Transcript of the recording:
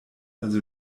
also